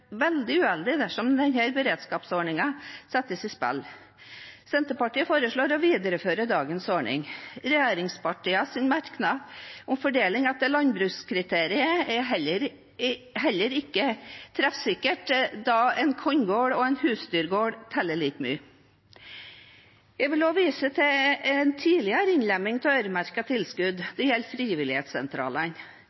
veldig god og kostnadseffektiv, og det vil være meget uheldig dersom denne beredskapsordningen settes i spill. Senterpartiet foreslår å videreføre dagens ordning. Regjeringspartienes merknad om fordeling etter landbrukskriteriet er heller ikke treffsikker, da en korngård og en husdyrgård teller like mye. Jeg vil også vise til en tidligere innlemming av øremerkede tilskudd,